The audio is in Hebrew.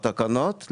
בתקנות,